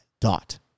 dot